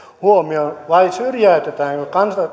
huomioon vai syrjäytetäänkö